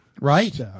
Right